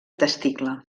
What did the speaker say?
testicle